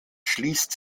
schließt